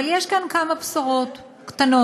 אבל יש כאן כמה בשורות קטנות,